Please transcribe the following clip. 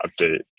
update